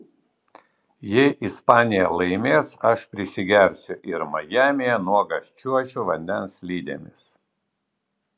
jei ispanija laimės aš prisigersiu ir majamyje nuogas čiuošiu vandens slidėmis